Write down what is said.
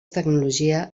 tecnologia